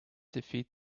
defeat